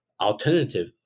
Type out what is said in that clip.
alternative